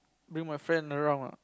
bring my friend around lah